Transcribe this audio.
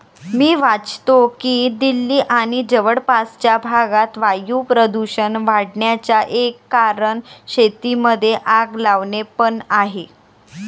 मी वाचतो की दिल्ली आणि जवळपासच्या भागात वायू प्रदूषण वाढन्याचा एक कारण शेतांमध्ये आग लावणे पण आहे